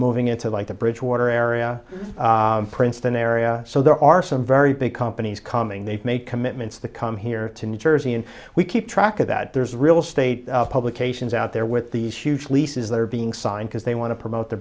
moving into like the bridgewater area princeton area so there are some very big companies coming they've made commitments the come here to new jersey and we keep track of that there's real state publications out there with these huge leases that are being signed because they want to promote the